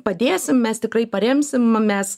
padėsim mes tikrai paremsim mes